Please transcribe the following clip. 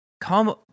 come